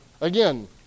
again